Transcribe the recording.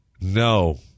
No